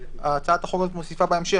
שהצעת החוק הזו מוסיפה בהמשך,